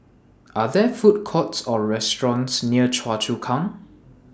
Are There Food Courts Or restaurants near Choa Chu Kang